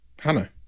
Hannah